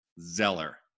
Zeller